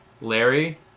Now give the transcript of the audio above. Larry